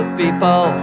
people